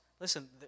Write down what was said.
Listen